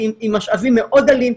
עם משאבים מאוד דלים,